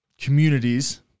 communities